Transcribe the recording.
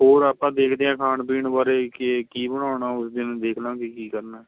ਹੋਰ ਆਪਾਂ ਦੇਖਦੇ ਹਾਂ ਖਾਣ ਪੀਣ ਬਾਰੇ ਕਿ ਕੀ ਬਣਾਉਣਾ ਉਸ ਦਿਨ ਦੇਖ ਲਾਂਗੇ ਕੀ ਕਰਨਾ